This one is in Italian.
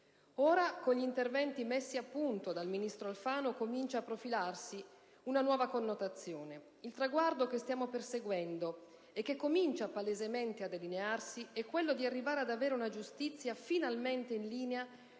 Ora, con gli interventi messi a punto dal ministro Alfano, comincia a profilarsi una nuova connotazione. Il traguardo che stiamo perseguendo e che comincia palesemente a delinearsi è quello di arrivare ad avere una giustizia finalmente in linea